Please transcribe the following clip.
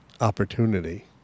opportunity